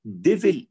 Devil